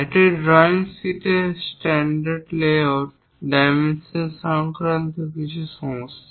একটি ড্রয়িং শীটের standard layout dimension সংক্রান্ত কিছু সমস্যা